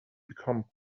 become